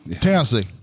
Tennessee